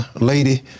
lady